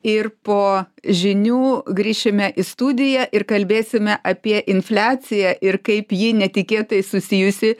ir po žinių grįšime studiją ir kalbėsime apie infliaciją ir kaip ji netikėtai susijusi